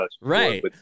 right